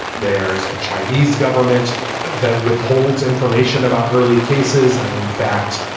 there's a chinese government that withholds information about early cases and in fact,